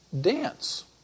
dance